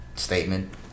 statement